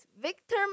Victor